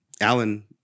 Alan